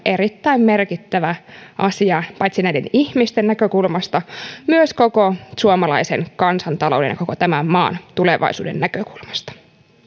erittäin merkittävä asia paitsi näiden ihmisten näkökulmasta myös koko suomalaisen kansantalouden ja koko tämän maan tulevaisuuden näkökulmasta